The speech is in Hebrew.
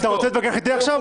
אתה רוצה להתווכח איתי עכשיו?